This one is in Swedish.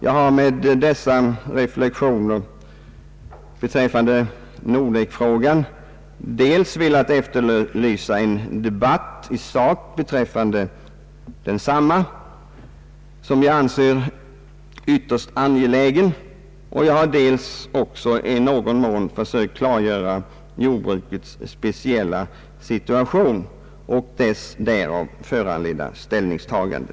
Jag har med dessa reflexioner dels velat efterlysa en debatt i sak beträffande Nordekfrågan, som jag anser ytterst angelägen, dels i någon mån försökt klargöra jordbrukets speciella situation och dess därav föranledda ställningstagande.